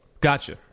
Gotcha